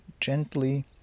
gently